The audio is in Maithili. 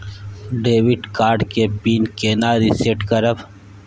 डेबिट कार्ड के पिन केना रिसेट करब?